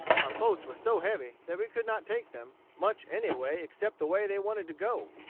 our boats were so heavy that we could not take them much any way except the way they wanted to go,